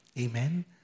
amen